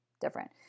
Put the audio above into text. different